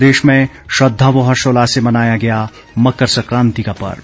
प्रदेश में श्रद्धा व हर्षोल्लास से मनाया गया मकर सक्रांति का पर्व